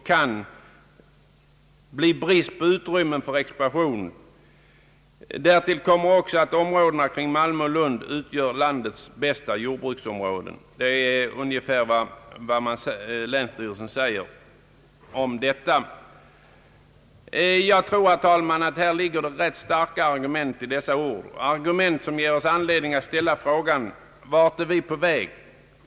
Risken är stor för att det så småningom uppstår en alltför kompakt stadsbebyggd yta omkring Malmö/ Lund med nackdelar i form av trafiksvårigheter, knappa fria ytor och en otillfredsställande samhällsmiljö samt brist på utrymmen för expansion eller nya behov. Därtill kommer att områdena kring Malmö och Lund utgör landets bästa jordbruksområde.» Ja, herr talman, nog ligger det många starka argument i dessa ord, argument som ger oss anledning att ställa frågan: vart är vi på väg?